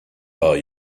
are